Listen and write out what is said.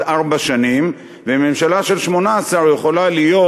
ארבע שנים וממשלה של 18 יכולה להיות,